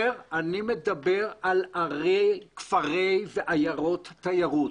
אני מדבר על ערי, כפרי ועיירות תיירות.